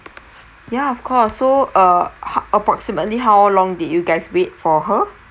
ya of course so uh ho~ approximately how long did you guys wait for her